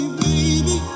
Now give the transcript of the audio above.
baby